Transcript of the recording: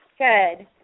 Good